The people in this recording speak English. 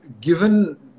given